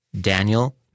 Daniel